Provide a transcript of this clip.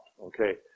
okay